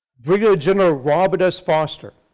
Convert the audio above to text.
brigadier general robert s. foster,